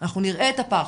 אנחנו נראה את הפער.